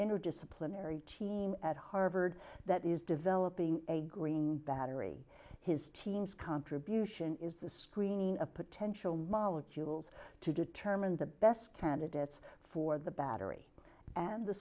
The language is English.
interdisciplinary team at harvard that is developing a green battery his team's contribution is the screening a potential molecules to determine the best candidates for the battery and the